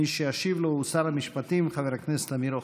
מי שישיב לו הוא שר המשפטים חבר הכנסת אמיר אוחנה.